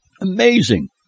Amazing